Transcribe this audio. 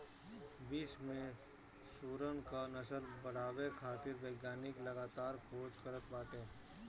विश्व में सुअरन क नस्ल बढ़ावे खातिर वैज्ञानिक लगातार खोज करत बाटे